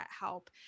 help